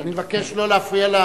אני מבקש לא להפריע.